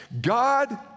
God